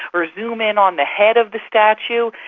or zoom in on the head of the statue.